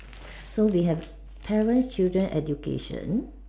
so we have parents children education